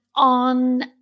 On